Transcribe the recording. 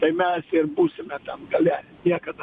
tai mes ir būsime ten gale niekad